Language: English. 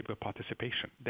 participation